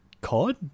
COD